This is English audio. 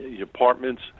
apartments